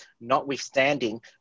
Notwithstanding